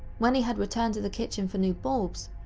when he had returned to the kitchen for new bulbs,